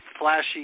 flashy